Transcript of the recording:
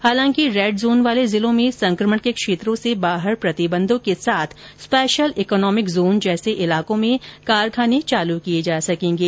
हालांकि red zone वाले जिलों में संक्रमण के क्षेत्रों से बाहर प्रतिबंधों के साथ स्पेशल इकॉनोमिक जोन जैसे इलाकों में कारखाने चालू किए जा सकेंगे